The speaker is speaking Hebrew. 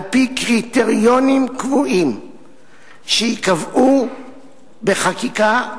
על-פי קריטריונים קבועים שייקבעו בחקיקה,